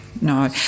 no